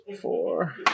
Four